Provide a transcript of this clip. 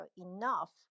enough